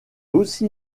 aussi